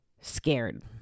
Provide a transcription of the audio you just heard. scared